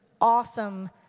awesome